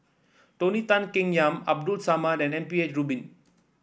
Tony Tan Keng Yam Abdul Samad and M P H Rubin